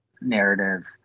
narrative